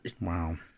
Wow